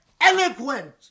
eloquent